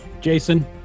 Jason